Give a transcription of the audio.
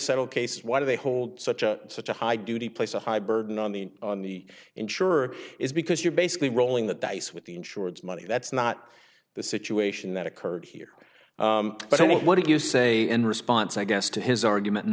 settle case why do they hold such a such a high duty place a high burden on the on the insurer is because you're basically rolling the dice with the insurance money that's not the situation that occurred here but what do you say in response i guess to his argument